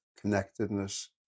connectedness